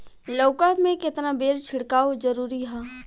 लउका में केतना बेर छिड़काव जरूरी ह?